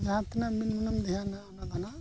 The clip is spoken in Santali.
ᱡᱟᱦᱟᱸ ᱛᱤᱱᱟᱹᱜ ᱢᱚᱱᱮ ᱢᱚᱱᱮᱢ ᱫᱷᱮᱭᱟᱱᱟ ᱚᱱᱟ ᱫᱚ ᱱᱟᱦᱟᱸᱜ